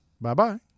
Bye-bye